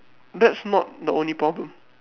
that's not the only problem